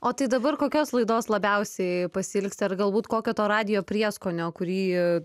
o tai dabar kokios laidos labiausiai pasiilgsti ar galbūt kokio to radijo prieskonio kurį